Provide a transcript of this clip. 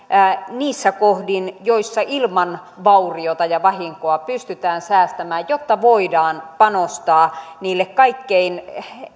niissä kohdin joissa ilman vauriota ja vahinkoa pystytään säästämään jotta voidaan panostaa niille kaikkein